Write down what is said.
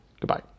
Goodbye